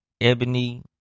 Ebony